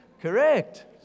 correct